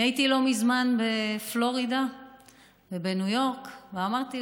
הייתי לא מזמן בפלורידה ובניו יורק ואמרתי: